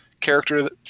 character